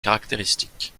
caractéristiques